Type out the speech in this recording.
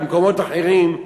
במקומות אחרים,